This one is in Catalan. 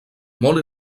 molt